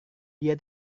dia